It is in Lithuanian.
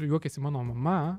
juokėsi mano mama